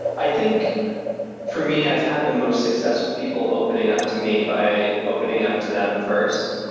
i think for me, i've had the most success with people opening up to me by opening up to them first.